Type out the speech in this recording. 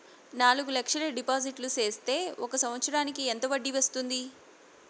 నాలుగు లక్షల డిపాజిట్లు సేస్తే ఒక సంవత్సరానికి ఎంత వడ్డీ వస్తుంది?